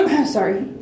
Sorry